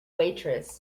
waitress